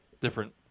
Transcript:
different